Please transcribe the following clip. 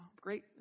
Great